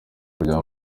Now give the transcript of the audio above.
kujya